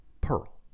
Pearl